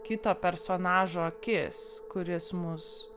kito personažo akis kuris mus